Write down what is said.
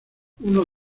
uno